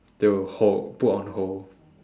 to hold put on hold